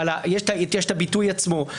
יש את הביטוי עצמו,